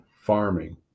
farming